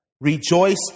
Rejoice